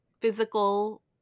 physical